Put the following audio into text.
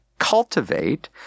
Cultivate